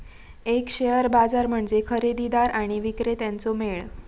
एक शेअर बाजार म्हणजे खरेदीदार आणि विक्रेत्यांचो मेळ